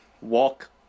walk